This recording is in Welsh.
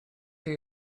chi